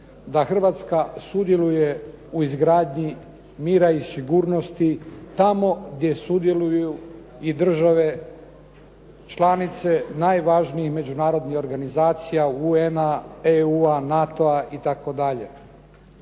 da Hrvatska sudjeluje u izgradnji mira i sigurnosti tamo gdje sudjeluju i države članice najvažnijih međunarodnih organizacija UN-a, EU-a, NATO-a itd.